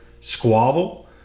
squabble